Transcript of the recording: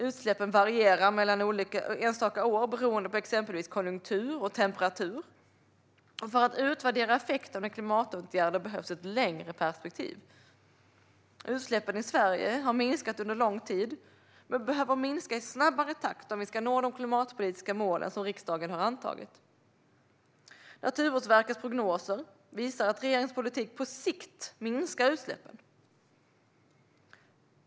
Utsläppen varierar mellan enstaka år beroende på exempelvis konjunktur och temperatur. För att utvärdera effekten av klimatåtgärder behövs längre perspektiv. Utsläppen i Sverige har minskat under lång tid men behöver börja minska i snabbare takt om vi ska nå de klimatpolitiska mål som riksdagen har antagit. Naturvårdsverkets prognoser visar att regeringens politik på sikt minskar utsläppen.